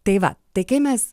tai va tai kai mes